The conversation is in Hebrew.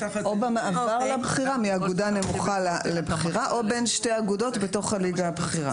או במעבר מאגודה נמוכה לבכירה או בין שתי אגודות בתוך הליגה הבכירה.